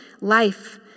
life